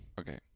Okay